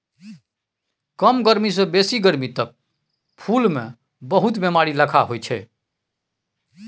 कम गरमी सँ बेसी गरमी तक फुल मे बहुत बेमारी लखा होइ छै